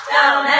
Down